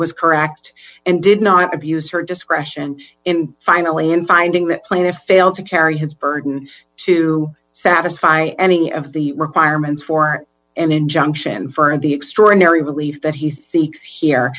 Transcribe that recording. was correct and did not abuse her discretion in finally in finding that plan to fail to carry his burden to satisfy any of the requirements for an injunction for the extraordinary believe that he seeks here